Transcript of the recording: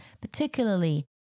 particularly